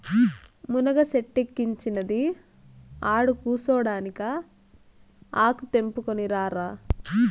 మునగ సెట్టిక్కించినది ఆడకూసోడానికా ఆకు తెంపుకుని రారా